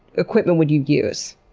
equipment would you use?